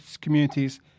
communities